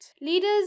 Leaders